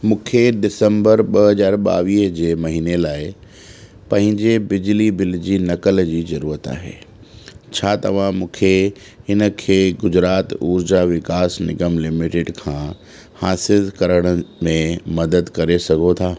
मूंखे दिसंबर ॿ हज़ार ॿावीह जे महीने लाइ पंहिंजे बिजली बिल जी नकल जी ज़रूरत आहे छा तव्हां मूंखे हिन खे गुजरात ऊर्जा विकास निगम लिमिटेड खां हासिल करण में मदद करे सघो था